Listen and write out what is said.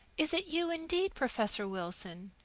is it you, indeed, professor wilson?